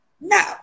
No